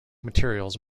materials